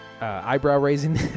eyebrow-raising